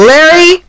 Larry